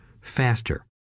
faster